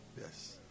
Yes